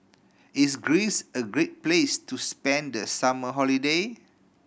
is Greece a great place to spend the summer holiday